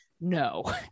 No